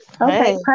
Okay